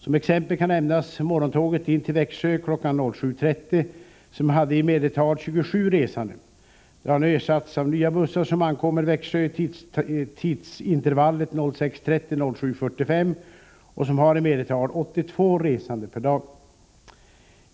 Som exempel kan nämnas morgontåget in till Växjö kl. 07.30 som hade i medeltal 27 resande. Det har nu ersatts av nya bussar som ankommer till Växjö i tidsintervallet kl. 06.30-07.45 och som har i medeltal 82 resande per dag.